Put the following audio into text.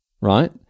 right